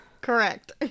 Correct